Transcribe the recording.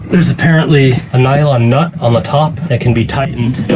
there's apparently a nylon nut on the top that can be tightened.